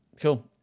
Cool